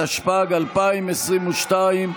התשפ"ג 2022,